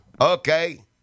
Okay